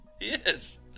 yes